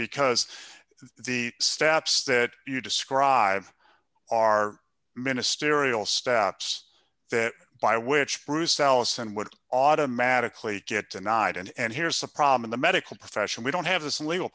because the steps that you describe are ministerial steps that by which bruce allison would automatically get tonight and here's the problem in the medical profession we don't have this legal